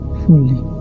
fully